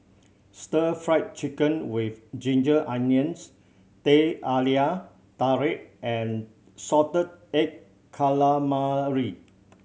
Stir Fry Chicken with ginger onions Teh Halia Tarik and salted egg calamari